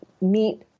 meet